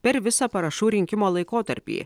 per visą parašų rinkimo laikotarpį